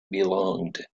belonged